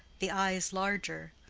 the eyes larger,